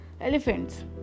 elephants